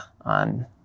on